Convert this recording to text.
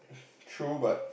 true but